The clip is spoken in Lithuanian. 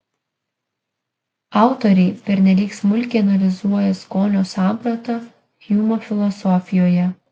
autoriai pernelyg smulkiai analizuoja skonio sampratą hjumo filosofijoje